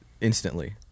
instantly